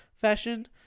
Fashion